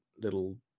little